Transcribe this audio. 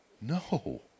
No